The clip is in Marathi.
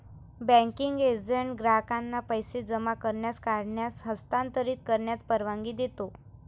बँकिंग एजंट ग्राहकांना पैसे जमा करण्यास, काढण्यास, हस्तांतरित करण्यास परवानगी देतो